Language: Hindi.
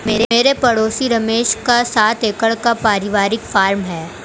मेरे पड़ोसी रमेश का सात एकड़ का परिवारिक फॉर्म है